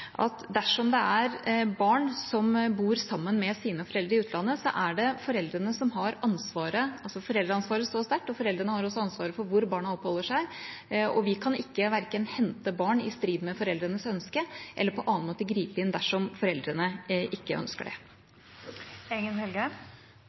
Dersom det er barn som bor sammen med sine foreldre i utlandet, er det foreldrene som har ansvaret. Foreldreansvaret står sterkt, og foreldrene har også ansvaret for hvor barna oppholder seg. Vi kan ikke verken hente barn i strid med foreldrenes ønske eller på annen måte gripe inn dersom foreldrene ikke ønsker det.